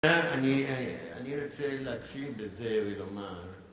אני רוצה להתחיל בזה ולומר